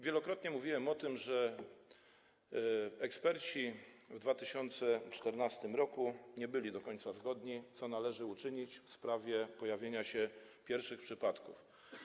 Wielokrotnie mówiłem o tym, że eksperci w 2014 r. nie byli do końca zgodni, co należy uczynić w związku z pojawieniem się pierwszych przypadków.